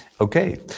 Okay